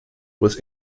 was